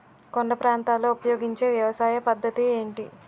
కొండ ప్రాంతాల్లో ఉపయోగించే వ్యవసాయ పద్ధతి ఏంటి?